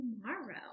tomorrow